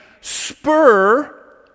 spur